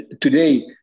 today